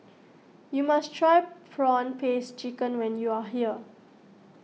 you must try Prawn Paste Chicken when you are here